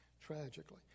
tragically